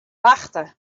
wachte